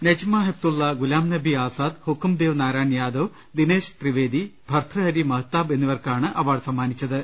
Najma Heptulla Ghulam Nabi Azad Hukmdev Narayan Yadav Dinesh Trivedi Bhartruhari Mahtab എന്നിവർക്കാണ് award സമ്മാനിച്ചത്